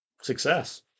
success